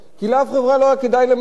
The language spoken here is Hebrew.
כי לאף חברה לא היה כדאי לממן,